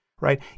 right